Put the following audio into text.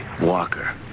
Walker